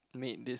made this